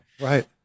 Right